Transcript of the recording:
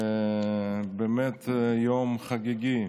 זה באמת יום חגיגי.